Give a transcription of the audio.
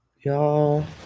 y'all